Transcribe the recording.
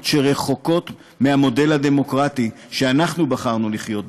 שרחוקות מהמודל הדמוקרטי שאנחנו בחרנו לחיות בו.